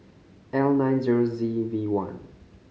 L nine zero Z V one